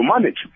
manage